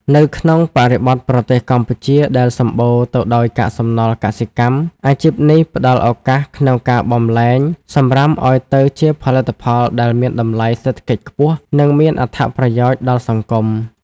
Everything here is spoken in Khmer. នៅក្នុងបរិបទប្រទេសកម្ពុជាដែលសម្បូរទៅដោយកាកសំណល់កសិកម្ម អាជីពនេះផ្ដល់ឱកាសក្នុងការបម្លែងសម្រាមឱ្យទៅជាផលិតផលដែលមានតម្លៃសេដ្ឋកិច្ចខ្ពស់ និងមានអត្ថប្រយោជន៍ដល់សង្គម។